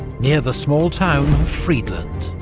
near the small town of friedland.